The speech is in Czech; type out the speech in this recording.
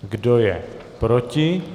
Kdo je proti?